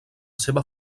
seva